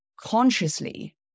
consciously